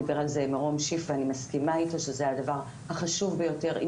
דיבר על זה מרום שיף ואני מסכימה איתו שזה הדבר החשוב ביותר עם